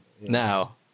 Now